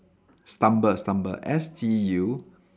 stumble stumble S T U